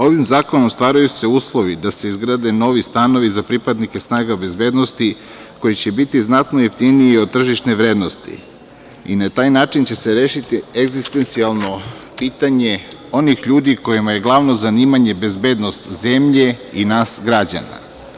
Ovim zakonom stvaraju se uslovi da se izgrade novi stanovi za pripadnike snaga bezbednosti, koji će biti znatno jeftiniji od tržišne vrednosti i na taj način će se rešiti egzistencijalno pitanje onih ljudi kojima je glavno zanimanje bezbednost zemlje i nas građana.